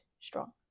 strong